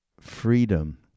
freedom